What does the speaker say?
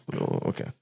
Okay